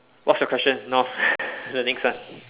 what's your question now the next one